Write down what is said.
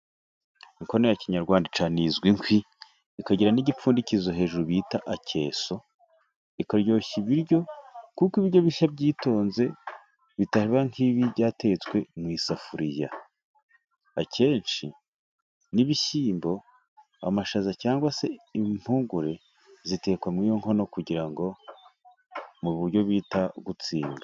Inkono ya Kinyarwanda, icanizwa inkwi, ikagira n'umufuniko hejuru bita akeso. Ikaryoshya ibiryo, kuko ibiryo bishya byitonze, bitamera nk'ibyatetswe mu isafuriya. Akenshi, n'ibishyimbo, amashaza, cyangwa se impungure, zitekwa muri iyo nkono, kugira ngo mu buryo bita gutsinda.